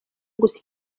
gusa